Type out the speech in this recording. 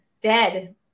dead